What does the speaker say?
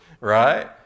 right